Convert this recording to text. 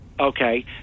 okay